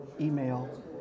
email